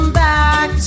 back